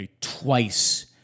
twice